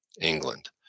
England